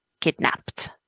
kidnapped